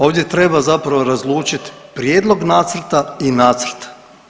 Ovdje treba zapravo razlučiti prijedlog nacrta i nacrt.